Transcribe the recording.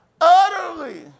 utterly